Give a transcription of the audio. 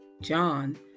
John